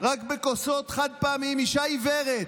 רק בכוסות חד-פעמיות, אישה עיוורת,